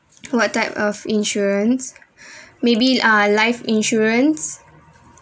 what type of insurance maybe are life insurance